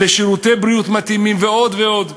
לשירותי בריאות מתאימים ועוד ועוד,